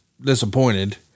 disappointed